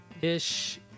ish